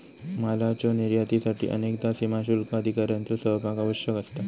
मालाच्यो निर्यातीसाठी अनेकदा सीमाशुल्क अधिकाऱ्यांचो सहभाग आवश्यक असता